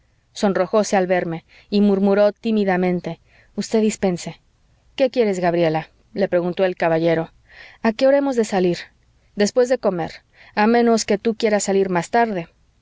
papá sonrojóse al verme y murmuró tímidamente usted dispense qué quieres gabriela le preguntó el caballero a qué hora hemos de salir después de comer a menos que tú quieras salir más tarde